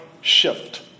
shift